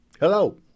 Hello